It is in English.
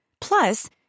Plus